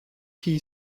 key